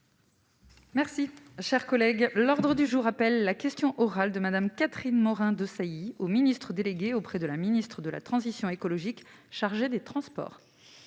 Merci, cher collègue, l'ordre du jour appelle la question orale de Madame Catherine Morin-Desailly au ministre délégué auprès de la ministre de la transition écologique, chargé des Transports.